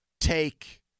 take